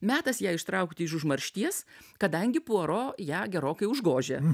metas ją ištraukti iš užmaršties kadangi puaro ją gerokai užgožia